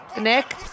Nick